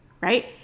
right